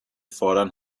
fordern